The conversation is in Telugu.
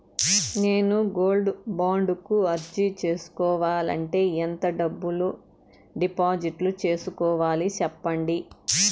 నేను గోల్డ్ బాండు కు అర్జీ సేసుకోవాలంటే ఎంత డబ్బును డిపాజిట్లు సేసుకోవాలి సెప్పండి